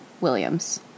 Williams